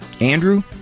Andrew